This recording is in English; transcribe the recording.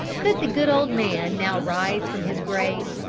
could the good old man now rise from his grave,